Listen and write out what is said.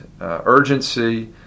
urgency